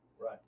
Right